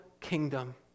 kingdom